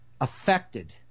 affected